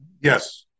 yes